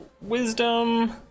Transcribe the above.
wisdom